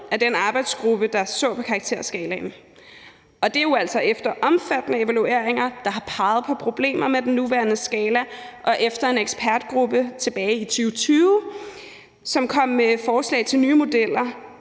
af den arbejdsgruppe, der så på karakterskalaen. Og det er jo altså efter omfattende evalueringer, der har peget på problemer med den nuværende skala, og efter at en ekspertgruppe tilbage i 2020 kom med forslag til nye modeller,